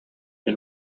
can